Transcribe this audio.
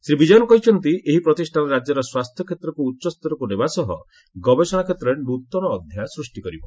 ଶ୍ରୀ ବିଜୟନ୍ କହିଛନ୍ତି ଏହି ପ୍ରତିଷାନ ରାଜ୍ୟର ସ୍ୱାସ୍ଥ୍ୟ କ୍ଷେତ୍ରକୁ ଉଚ୍ଚସ୍ତରକୁ ନେବା ସହ ଗବେଷଣା କ୍ଷେତ୍ରରେ ନୃତନ ଅଧ୍ୟାୟ ସୃଷ୍ଟି କରିବ